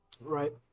Right